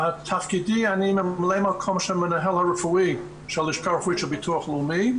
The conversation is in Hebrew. אני ממלא מקום של המנהל הרפואי של הלשכה הרפואית של הביטוח הלאומי.